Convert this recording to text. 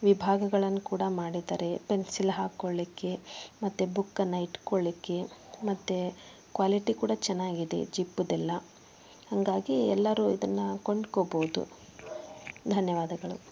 ವಿಭಾಗಗಳನ್ನು ಕೂಡ ಮಾಡಿದ್ದಾರೆ ಪೆನ್ಸಿಲ್ ಹಾಕೊಳ್ಳಿಕ್ಕೆ ಮತ್ತೆ ಬುಕ್ ಅನ್ನು ಇಟ್ಕೊಳ್ಲಿಕ್ಕೆ ಮತ್ತೆ ಕ್ವಾಲಿಟಿ ಕೂಡ ಚೆನ್ನಾಗಿದೆ ಜಿಪ್ಪುದೆಲ್ಲ ಹಾಗಾಗಿ ಎಲ್ಲರೂ ಇದನ್ನು ಕೊಂಡ್ಕೋಬೋದು ಧನ್ಯವಾದಗಳು